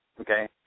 Okay